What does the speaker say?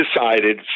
decided